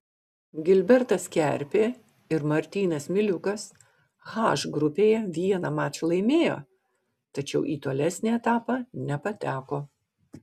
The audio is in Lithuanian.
gilbertas kerpė ir martynas miliukas h grupėje vieną mačą laimėjo tačiau į tolesnį etapą nepateko